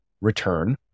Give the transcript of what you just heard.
return